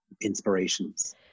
inspirations